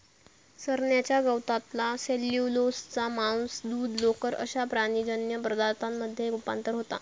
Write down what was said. चरण्याच्या गवतातला सेल्युलोजचा मांस, दूध, लोकर अश्या प्राणीजन्य पदार्थांमध्ये रुपांतर होता